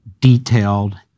detailed